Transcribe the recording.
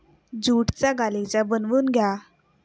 ज्यूटचा गालिचा बनवून घ्या